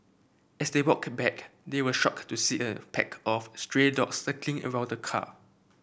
as they walked back they were shocked to see a pack of stray dogs circling around the car